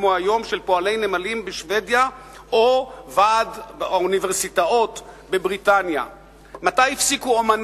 כמו של פועלי נמלים בשבדיה או של ועד האוניברסיטאות בבריטניה היום?